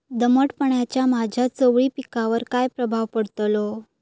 दमटपणाचा माझ्या चवळी पिकावर काय प्रभाव पडतलो?